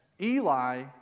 Eli